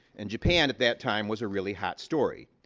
and japan, at that time, was a really hot story.